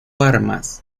armas